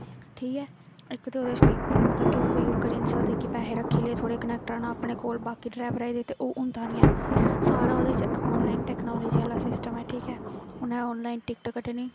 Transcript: ठीक ऐ इक ते ओहदे च कोई मतलब कि कोई ओह् करी नेईं सकदा कि पैहे रक्खी ले थोह्ड़े कनैक्टरै ने अपने कोल बाकी ड्रैवरै गी दित्ते ओह होंदा नेईं ऐ सारा ओह्दे च आनलाइन टेक्नालाजी आह्ला सिस्टम ऐ ठीक ऐ उ'नें आनलाइन टिकट कट्टनी